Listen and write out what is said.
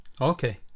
Okay